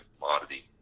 commodity